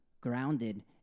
grounded